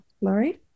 Laurie